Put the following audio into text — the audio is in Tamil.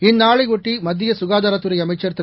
இந்நாளையொட்டி மத்திய சுகாதாரத்துறை அமைச்சர் திரு